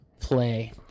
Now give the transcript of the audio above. play